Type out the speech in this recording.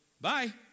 bye